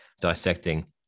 dissecting